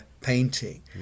painting